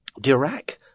Dirac